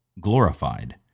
glorified